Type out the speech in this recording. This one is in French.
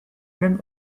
même